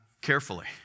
carefully